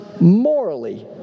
morally